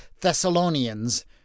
Thessalonians